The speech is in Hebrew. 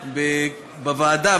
באה בוועדה,